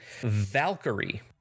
Valkyrie